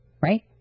right